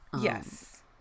Yes